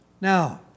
Now